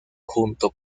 junto